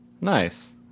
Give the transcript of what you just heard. Nice